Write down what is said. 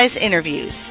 Interviews